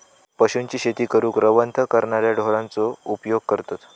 पशूंची शेती करूक रवंथ करणाऱ्या ढोरांचो उपयोग करतत